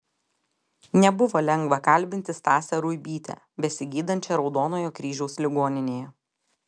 nebuvo lengva kalbinti stasę ruibytę besigydančią raudonojo kryžiaus ligoninėje